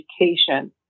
education